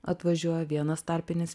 atvažiuoja vienas tarpinis